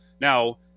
Now